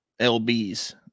LBs